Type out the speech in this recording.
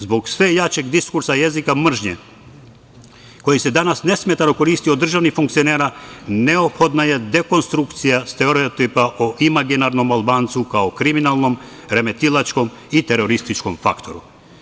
Zbog sve jačeg diskursa jezika mržnje, koji se danas nesmetano koristi od državnih funkcionera neophodno je dekonstrukcija stereotipa o imaginarnom Albancu kao kriminalnom, remetilačkom i terorističkom faktoru.